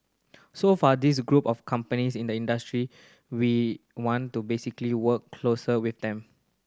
so for these group of companies in the industry we want to basically work closer with them